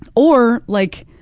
or, like,